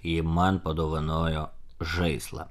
ji man padovanojo žaislą